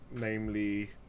Namely